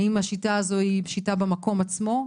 האם השיטה הזאת היא פשיטה במקום עצמו,